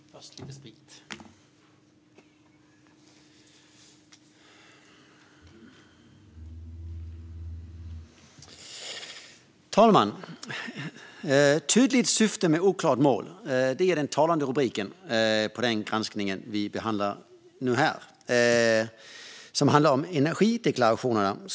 Fru talman! Systemet med energideklarationer - tydligt syfte men oklart mål är den talande rubriken på den granskning vi nu behandlar här som handlar om energideklarationerna.